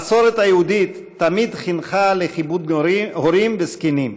המסורת היהודית תמיד חינכה לכיבוד הורים וזקנים.